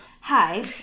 hi